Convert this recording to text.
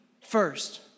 first